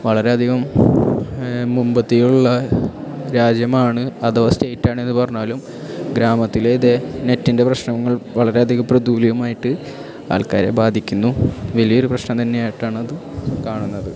വളരെ അധികം മുൻപന്തിയിലുള്ള രാജ്യമാണ് അഥവ സ്റ്റേറ്റാണെന്ന് പറഞ്ഞാലും ഗ്രാമത്തിലെ ദെ നെറ്റിന്റെ പ്രശ്നങ്ങള് വളരെ അധികം പ്രതൂല്യോമായിട്ട് ആള്ക്കാരെ ബാധിക്കുന്നു വലിയൊര് പ്രശ്നം തന്നെ ആയിട്ടാണ് അത് കാണുന്നത്